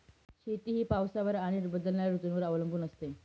शेती ही पावसावर आणि बदलणाऱ्या ऋतूंवर अवलंबून असते